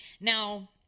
Now